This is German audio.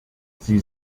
sie